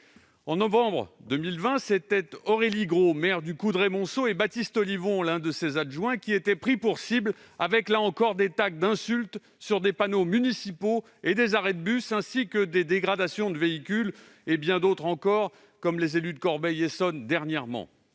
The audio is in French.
En novembre 2020, c'était Aurélie Gros, maire du Coudray-Montceaux, et Baptiste Ollivon, l'un de ses adjoints, qui étaient pris pour cibles avec, là encore, des tags d'insultes sur des panneaux municipaux et des arrêts de bus ainsi que des dégradations de véhicules. Bien d'autres encore, comme, dernièrement, les élus de Corbeil-Essonnes, ont